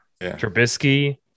Trubisky